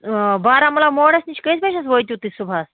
باراہموٗلہ موڈَس نِش کٔژِ بَجہِ حظ وٲتِو تُہۍ صُبحس